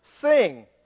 sing